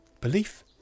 belief